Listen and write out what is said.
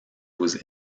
was